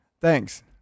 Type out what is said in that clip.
Thanks